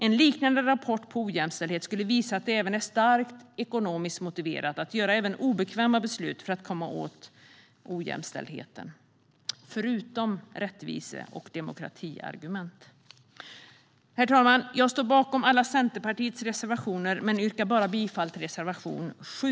En liknande rapport om ojämställdhet skulle visa att det är starkt ekonomiskt motiverat att fatta även obekväma beslut för att komma åt ojämställdheten - det är ett argument förutom rättvise och demokratiargument. Herr talman! Jag står bakom alla Centerpartiets reservationer men yrkar bifall bara till reservation 7.